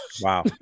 Wow